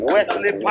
Wesley